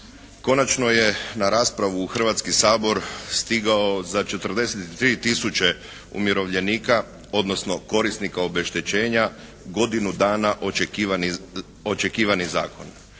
Konačno je na raspravu u Hrvatski sabor stigao za 43000 umirovljenika, odnosno korisnika obeštećenja godinu dana očekivani zakon.